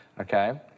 okay